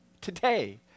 today